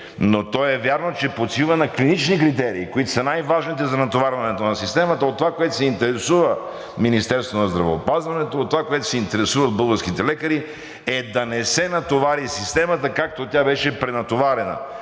но е вярно, че почива на клинични критерии, които са най-важните за натоварването на системата –това, от което се интересува Министерството на здравеопазването, това, от което се интересуват българските лекари, е да не се натовари системата, както тя беше пренатоварена.